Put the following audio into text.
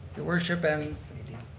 your worship and